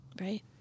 Right